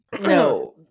No